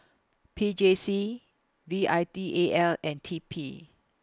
P J C V I T A L and T P